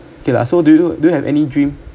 okay lah so do you do you have any dream